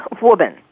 woman